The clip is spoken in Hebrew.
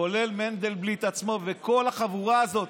כולל מנדלבליט עצמו וכל החבורה הזאת,